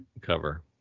cover